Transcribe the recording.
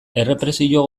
errepresio